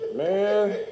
Man